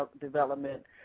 development